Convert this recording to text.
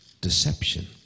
deception